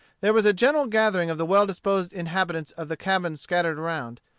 there was a general gathering of the well-disposed inhabitants of the cabins scattered around,